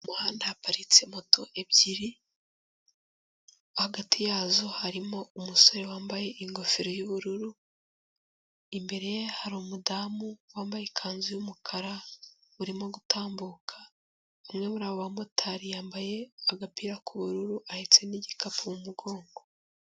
Mu muhanda haparitse moto ebyiri, hagati yazo harimo umusore wambaye ingofero y'ubururu, imbere ye hari umudamu wambaye ikanzu y'umukara urimo gutambuka, umwe muri abo bamotari yambaye agapira k'ubururu ahetse n'igikapu mu mugongo.